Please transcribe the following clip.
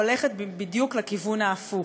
הולכת בדיוק לכיוון ההפוך,